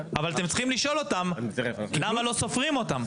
אבל אתם צריכים לשאול אותם למה לא סופרים אותם.